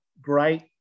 great